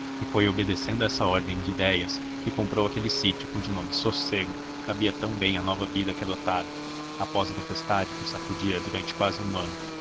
e foi obedecendo a essa ordem de idéia que comprou aquele sítio cujo nome sossego cabia tão bem à nova vida que adotara após a tempestade que o sacudira durante quase um ano